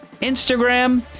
Instagram